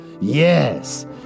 Yes